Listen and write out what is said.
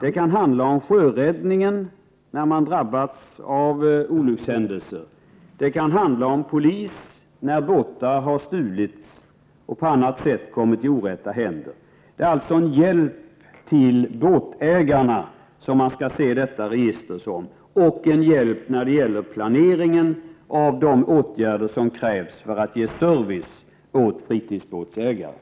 Det kan handla om sjöräddningen, när man har drabbats av en olyckshändelse, och om polisen, när båtar har stulits och på annat sätt kommit i orätta händer. Man skall alltså se detta register som en hjälp till båtägarna och en hjälp när det gäller planeringen av de åtgärder som krävs för att ge service åt fritidsbåtsägarna.